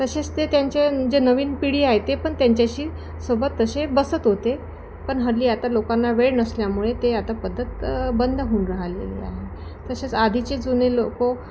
तसेच ते त्यांच्या जे नवीन पिढी आहे ते पण त्यांच्याशी सोबत तसे बसत होते पण हल्ली आता लोकांना वेळ नसल्यामुळे ते आता पद्धत बंद होऊन राहिलेले आहे तसेच आधीचे जुने लोक